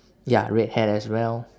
ya red hair as well